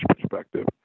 perspective